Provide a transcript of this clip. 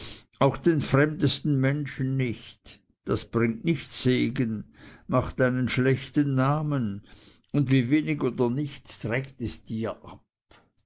auch den fremdesten menschen nicht das bringt nicht segen macht einen schlechten namen und wie wenig oder nichts trägt es dir ab